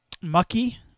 Mucky